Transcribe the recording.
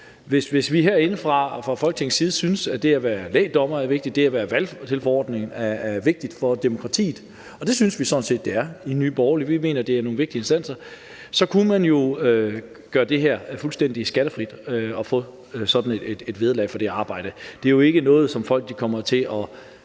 Hvis vi herinde fra Folketingets side synes, at det at være lægdommer er vigtigt, og at det at være valgtilforordnet er vigtigt for demokratiet – og det synes vi sådan set det er i Nye Borgerlige, for vi mener, det er nogle vigtige instanser – så kunne man jo gøre det fuldstændig skattefrit at få sådan et vederlag for det arbejde. Det er jo ikke noget, som betyder, at